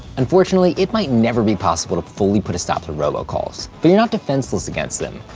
unfortunately, it might never be possible to fully put a stop to robocalls, but you're not defenseless against them.